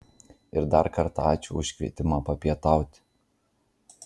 ir dar kartą ačiū už kvietimą papietauti